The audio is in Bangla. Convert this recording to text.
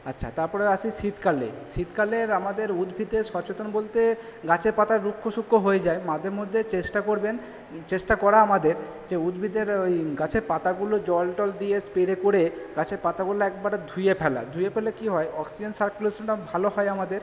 আচ্ছা তারপরে আসি শীতকালে শীতকালের আমাদের উদ্ভিদের সচেতন বলতে গাছের পাতা রুক্ষ সুক্ষ হয়ে যায় মাঝেমধ্যে চেষ্টা করবেন চেষ্টা করা আমাদের যে উদ্ভিদের ওই গাছের পাতাগুলো জল টল দিয়ে স্প্রে করে গাছের পাতাগুলো একেবারে ধুয়ে ফেলা ধুয়ে ফেললে কী হয় অক্সিজেন সারকুলেশনটা ভালো হয় আমাদের